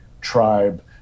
tribe